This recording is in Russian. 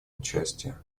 участия